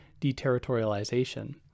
deterritorialization